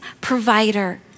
provider